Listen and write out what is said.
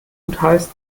gutheißt